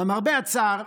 למרבה הצער,